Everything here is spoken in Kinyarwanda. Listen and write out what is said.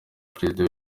perezida